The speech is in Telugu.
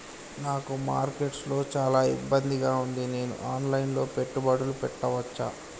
నాకు మార్కెట్స్ లో చాలా ఇబ్బందిగా ఉంది, నేను ఆన్ లైన్ లో పెట్టుబడులు పెట్టవచ్చా?